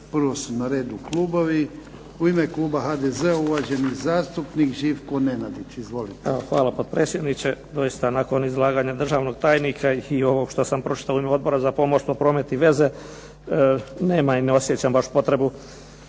Prvo su na redu klubovi. U ime kluba HDZ-a uvaženi zastupnik Živko Nenadić. Izvolite. **Nenadić, Živko (HDZ)** Evo hvala, potpredsjedniče. Doista nakon izlaganja državnog tajnika i ovog što sam pročitao u ime Odbora za pomorstvo, promet i veze nema i ne osjećam baš potrebu